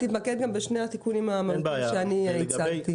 תתמקד בשני השינויים המהותיים שהצגתי.